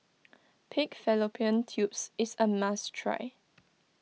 Pig Fallopian Tubes is a must try